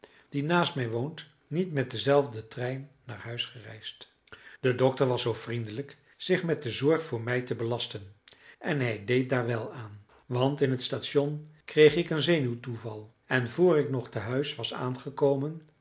die naast mij woont niet met denzelfden trein naar huis gereisd de dokter was zoo vriendelijk zich met de zorg voor mij te belasten en hij deed daar wel aan want in het station kreeg ik een zenuwtoeval en voor ik nog te huis was aangekomen